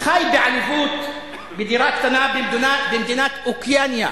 חי בעליבות בדירה קטנה במדינת אוקיאניה,